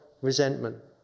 resentment